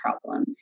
problem